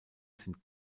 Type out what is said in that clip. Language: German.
sind